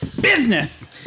Business